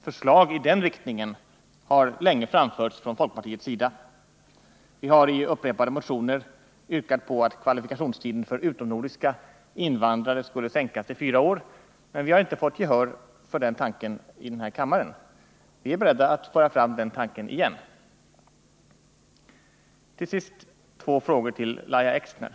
Förslag i den riktningen har länge framförts från folkpartiets sida. Vi har i upprepade Nr 51 motioner yrkat på att kvalifikationstiden för utomnordiska invandrare skulle Torsdagen den sänkas till fyra år, men vi har inte fått gehör för den tanken i den här 13 december 1979 kammaren. Vi är beredda att föra fram den tanken igen. Till sist ett par frågor till Lahja Exner.